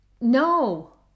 no